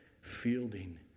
fielding